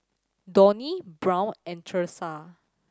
Donnie Brown and Thursa